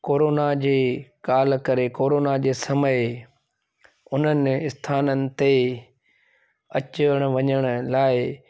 corona जे काल करे कोरोना जे समय उन्हनि इस्थाननि ते अचण वञण लाइ